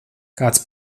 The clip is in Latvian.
kāds